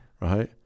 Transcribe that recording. Right